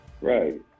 right